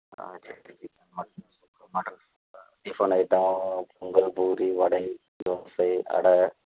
ஆ chilli chicken mutton sukka mutton sukka tiffin item pongal puri vada idli dosa அடை